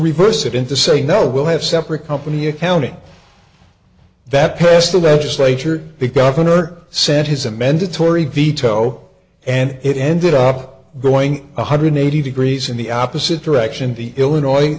reverse it into saying now we'll have separate company accounting that passed the legislature the governor sent his amended tory veto and it ended up going one hundred eighty degrees in the opposite direction the illinois